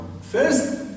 First